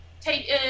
take